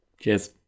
Cheers